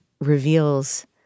reveals